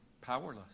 Powerless